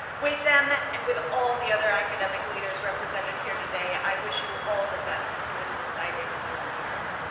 with them, and with all the other academic leaders represented here today, i wish you all the best in this exciting new year.